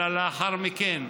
אלא לאחר מכן.